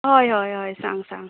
हय हय हय सांग सांग